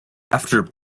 after